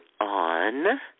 on